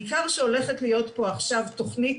בעיקר כשעומדת להיות פה עכשיו תכנית